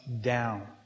down